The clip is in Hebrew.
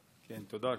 תודה.